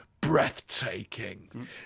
Breathtaking